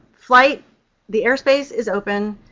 flight the airspace is open